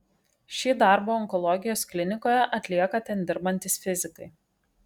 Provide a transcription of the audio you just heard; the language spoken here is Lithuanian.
šį darbą onkologijos klinikoje atlieka ten dirbantys fizikai